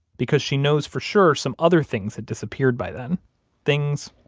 because she knows for sure some other things had disappeared by then things.